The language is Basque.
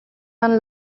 han